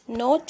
no